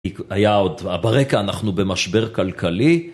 היה עוד, ברקע אנחנו במשבר כלכלי.